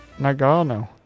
Nagano